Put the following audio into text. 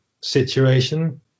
situation